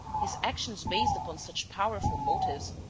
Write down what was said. his actions based upon such powerful motives,